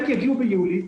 חלק יגיעו ביולי,